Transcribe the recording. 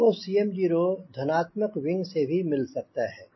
आपको 𝐶mo धनात्मक विंग से भी मिल सकता है